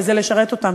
וזה לשרת אותם.